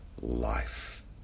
life